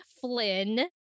Flynn